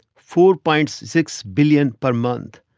four. but six billion per month.